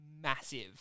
massive